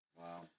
Wow